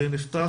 נפתח